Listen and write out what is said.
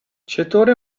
چطوره